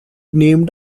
named